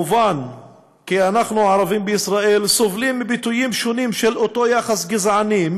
מובן כי אנחנו הערבים בישראל סובלים מביטויים שונים של אותו יחס גזעני,